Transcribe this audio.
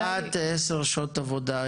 כמעט עשר שעות עבודה,